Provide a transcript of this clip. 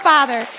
Father